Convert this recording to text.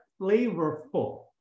flavorful